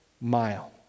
mile